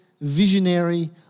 visionary